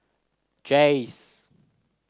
jays